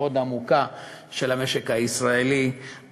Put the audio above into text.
מאוד עמוקה של המשק הישראלי,